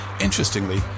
interestingly